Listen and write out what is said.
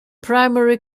primary